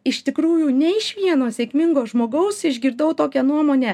iš tikrųjų ne iš vieno sėkmingo žmogaus išgirdau tokią nuomonę